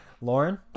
Lauren